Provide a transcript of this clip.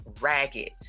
ragged